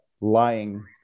lying